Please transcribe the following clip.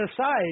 aside